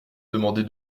demander